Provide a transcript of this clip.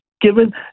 given